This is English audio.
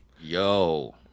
Yo